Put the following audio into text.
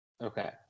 Okay